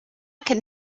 can